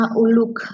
uluk